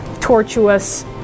tortuous